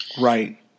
Right